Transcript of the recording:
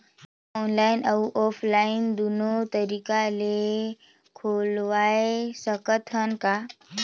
खाता ऑनलाइन अउ ऑफलाइन दुनो तरीका ले खोलवाय सकत हन का?